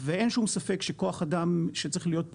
ואין שום ספק שכוח אדם שצריך להיות פה